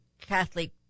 Catholic